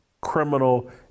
criminal